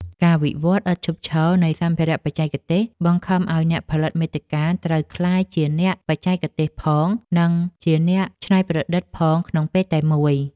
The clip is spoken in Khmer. ការវិវត្តឥតឈប់ឈរនៃសម្ភារៈបច្ចេកទេស បង្ខំឱ្យអ្នកផលិតមាតិកាត្រូវក្លាយជាអ្នកបច្ចេកទេសផង និងជាអ្នកច្នៃប្រឌិតផងក្នុងពេលតែមួយ។